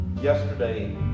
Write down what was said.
Yesterday